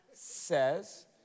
says